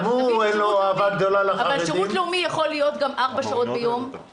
אבל שירות לאומי יכול להיות גם ארבע ושש שעות ביום.